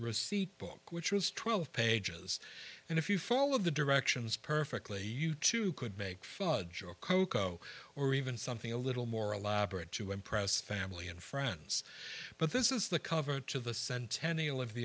receipt book which was twelve pages and if you fall of the directions perfectly you too could make fudge or cocoa or even something a little more elaborate to impress family and friends but this is the cover to the